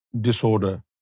disorder